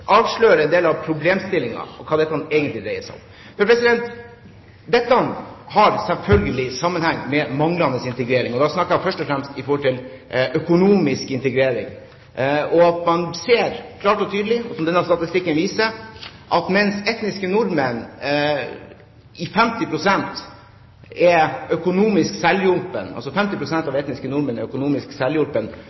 avslører en del av problemstillingene og hva dette egentlig dreier seg om. Dette har selvfølgelig sammenheng med manglende integrering – og da snakker jeg først og fremst om økonomisk integrering, og at man klart og tydelig ser, som denne statistikken viser, at mens 50 pst. av etniske nordmenn er økonomisk selvhjulpne, er de tilsvarende tallene for ikke-vestlige innvandrere 33 pst. Arbeidsdeltakelsen blant ikke-vestlige innvandrere er